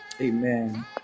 Amen